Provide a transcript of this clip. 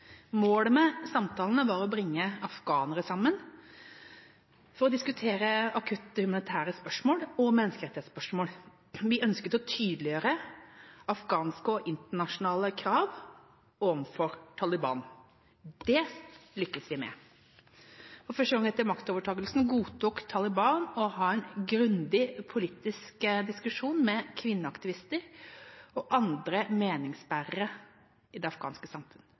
Målet med samtalene var å bringe afghanere sammen for å diskutere akutte humanitære spørsmål og menneskerettighetsspørsmål. Vi ønsket å tydeliggjøre afghanske og internasjonale krav overfor Taliban. Det lyktes vi med. For første gang etter maktovertagelsen godtok Taliban å ha en grundig politisk diskusjon med kvinneaktivister og andre meningsbærere i det afghanske